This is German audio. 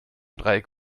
dreieck